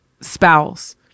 spouse